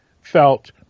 felt